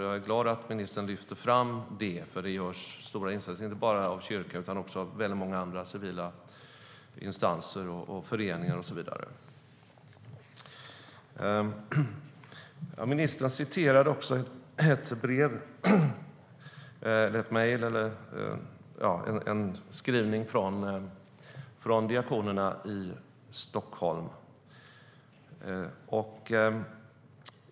Jag är glad att ministern lyfter fram detta. Det görs nämligen stora insatser inte bara av kyrkorna utan också av många andra civila instanser, föreningar och så vidare. Ministern läste upp ett brev eller mejl från diakonerna i Stockholm.